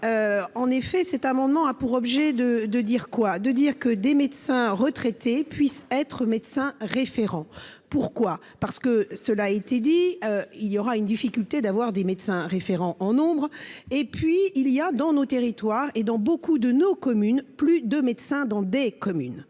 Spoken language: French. en effet, cet amendement a pour objet de de dire quoi de dire que des médecins retraités puissent être médecin référent, pourquoi, parce que cela a été dit, il y aura une difficulté d'avoir des médecins référents en nombre et puis il y a dans nos territoires et dans beaucoup de nos communes, plus de médecins dans des communes,